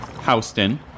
Houston